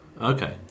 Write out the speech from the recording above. Okay